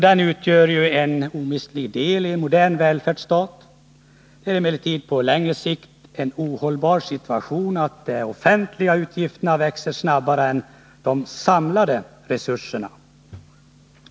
Det utgör en omistlig del i en modern välfärdsstat. Det är emellertid på längre sikt en ohållbar situation att de offentliga utgifterna växer snabbare än de samlade resurserna.